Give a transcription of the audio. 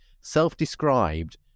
self-described